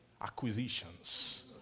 acquisitions